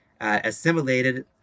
assimilated